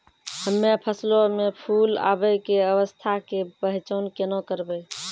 हम्मे फसलो मे फूल आबै के अवस्था के पहचान केना करबै?